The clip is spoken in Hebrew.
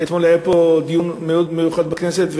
ואתמול היה פה דיון מאוד מיוחד בכנסת,